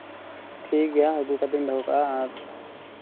ᱴᱷᱤᱠ ᱜᱮᱭᱟ ᱟᱹᱜᱩ ᱠᱟᱛᱮᱫ ᱤᱧ ᱫᱚᱦᱚ ᱠᱟᱜᱼᱟ ᱟᱨ